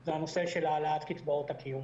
הוא נושא העלאת קצבאות הקיום